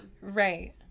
right